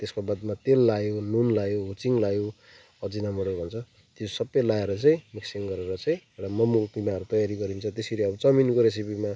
त्यसको बादमा तेल लायो नुन लायो हुचिङ लायो अजिनामटो भन्छ त्यो सबै लाएर चाहिँ मिक्सिङ गरेर चाहिँ र मोमोको किमाहरू तयारी गरिन्छ त्यसरी अब चौमिनको रेसिपीमा